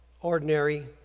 ordinary